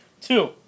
Two